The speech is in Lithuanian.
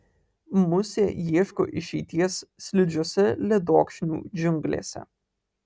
musė ieško išeities slidžiose ledokšnių džiunglėse